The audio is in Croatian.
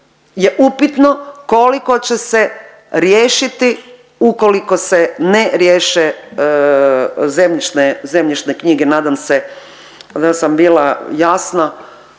je upitno koliko će se riješiti ukoliko se ne riješe zemljišne, zemljišne knjige. Nadam se da sam bila jasna